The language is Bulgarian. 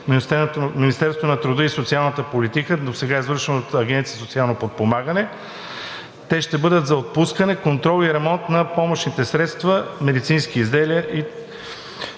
Министерството на труда и социалната политика – досега извършвана от Агенция „Социално подпомагане“, те ще бъдат за отпускане, контрол и ремонт на помощните средства, медицински изделия,